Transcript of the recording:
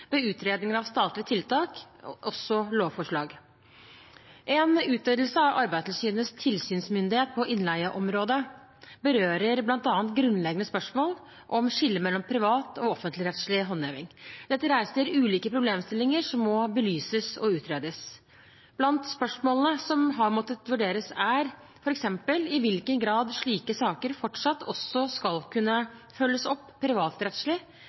ved utredninger av statlige tiltak, også lovforslag. En utvidelse av Arbeidstilsynets tilsynsmyndighet på innleieområdet berører bl.a. grunnleggende spørsmål om skillet mellom privat- og offentligrettslig håndheving. Dette reiser ulike problemstillinger som må belyses og utredes. Blant spørsmålene som har måttet vurderes, er f.eks. i hvilken grad slike saker fortsatt også skal kunne følges opp privatrettslig